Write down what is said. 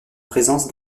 présence